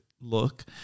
look